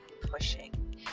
pushing